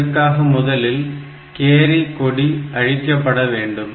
இதற்காக முதலில் கேரி கொடி அழிக்கப்பட வேண்டும்